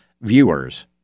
viewers